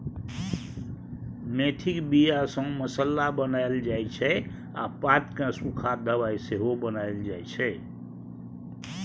मेथीक बीया सँ मसल्ला बनाएल जाइ छै आ पात केँ सुखा दबाइ सेहो बनाएल जाइ छै